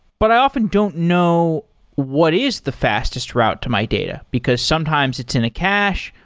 but i often don't know what is the fastest route to my data, because sometimes it's in a cache.